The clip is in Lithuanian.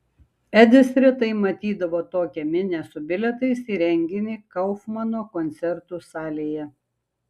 edis retai matydavo tokią minią su bilietais į renginį kaufmano koncertų salėje